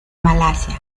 malasia